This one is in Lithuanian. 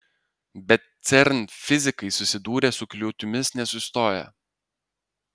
bet cern fizikai susidūrę su kliūtimis nesustoja